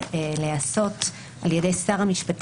באה לידי ביטוי בתוספת